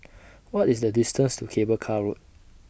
What IS The distance to Cable Car Road